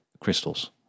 crystals